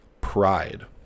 pride